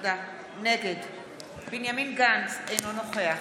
נגד בנימין גנץ, אינו נוכח